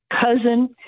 cousin